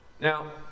Now